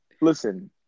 Listen